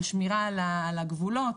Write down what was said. שמירה על הגבולות,